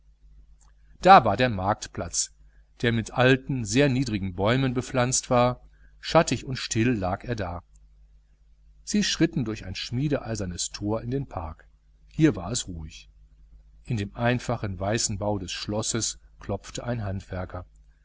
da war der marktplatz der mit alten sehr niedrigen bäumen bepflanzt war schattig und still lag er da sie schritten durch ein schmiedeeisernes tor in den park hier war es ruhig in dem einfachen weißen bau des schlosses klopfte ein handwerker